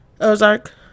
ozark